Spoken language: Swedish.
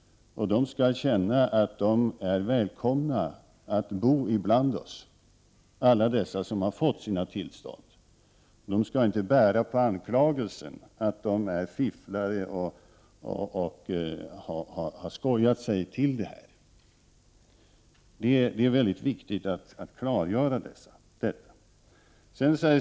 De människor som har fått sina tillstånd skall känna att de är välkomna att leva bland oss. De skall inte bära på anklagelsen att de är fifflare och att de har skojat sig till dessa tillstånd. Det är mycket viktigt att klargöra detta.